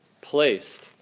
placed